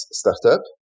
startup